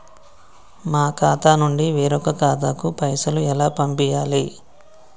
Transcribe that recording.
మా ఖాతా నుండి వేరొక ఖాతాకు పైసలు ఎలా పంపియ్యాలి?